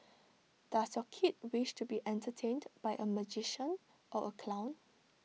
does your kid wish to be entertained by A magician or A clown